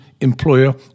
employer